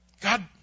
God